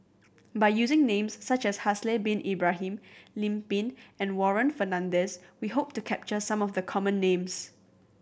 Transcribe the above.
by using names such as Haslir Bin Ibrahim Lim Pin and Warren Fernandez we hope to capture some of the common names